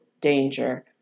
danger